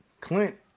Clint